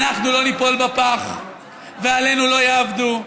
אנחנו לא ניפול בפח ועלינו לא יעבדו,